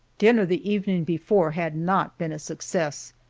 dinner the evening before had not been a success,